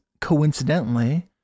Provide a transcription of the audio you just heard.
coincidentally